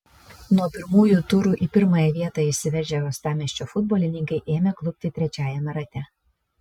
nuo pirmųjų turų į pirmąją vietą išsiveržę uostamiesčio futbolininkai ėmė klupti trečiajame rate